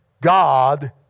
God